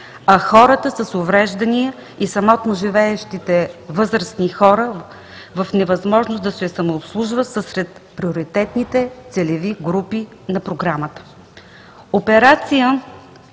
а хората с увреждания и самотно живеещите възрастни хора в невъзможност да се самообслужват са сред приоритетните целеви групи на Програмата.